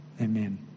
Amen